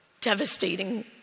devastating